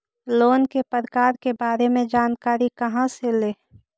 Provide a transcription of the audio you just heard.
Loan के प्रकार के बारे मे जानकारी कहा से ले?